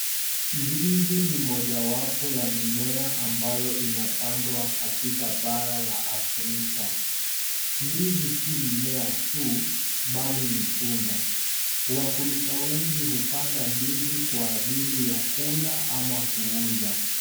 Ndizi ni mojawapo ya mimea ambayo inapandwa katika bara la Afrika. Ndizi si mimea tu bali ni tunda. Wakulima wengi upanda ndizi kwa ajali ya kula ama kuuza.